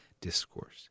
discourse